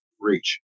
reach